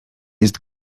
jest